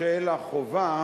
של החובה